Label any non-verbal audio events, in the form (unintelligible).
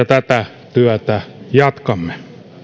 (unintelligible) tätä työtä jatkamme